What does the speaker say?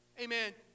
Amen